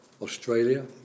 Australia